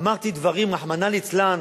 אמרתי דברים, רחמנא ליצלן,